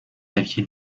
aviez